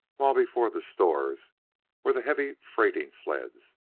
while before the stores were the heavy freighting-sleds,